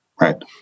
right